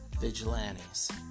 vigilantes